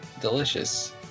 delicious